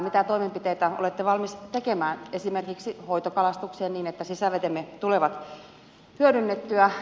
mitä toimenpiteitä olette valmis tekemään esimerkiksi hoitokalastukseen niin että sisävetemme tulevat hyödynnettyä